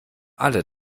alle